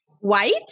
White